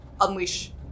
unleash